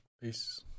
Peace